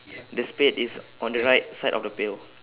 the spade is on the right side of the pail